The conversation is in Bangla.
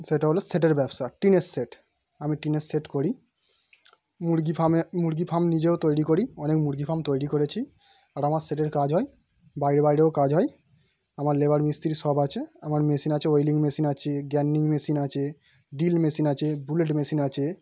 সেটা হলো শেডের ব্যবসা টিনের শেড আমি টিনের শেড করি মুরগি ফার্মে মুরগি ফার্ম নিজেও তৈরি করি অনেক মুরগি ফার্ম তৈরি করেছি আর আমার শেডের কাজ হয় বাইরে বাইরেও কাজ হয় আমার লেবার মিস্ত্রি সব আছে আমার মেশিন আছে ওয়েল্ডিং মেশিন আছে গ্রাইণ্ডিং মেশিন আছে ড্রিল মেশিন আছে বুলেট মেশিন আছে